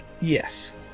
Yes